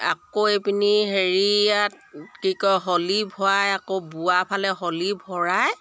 আকৌ এইপিনি হেৰি ইয়াত কি কয় হলি ভৰাই আকৌ বোৱাফালে হলি ভৰাই